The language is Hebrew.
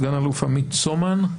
סגן אלוף עמית צומן,